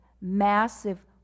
massive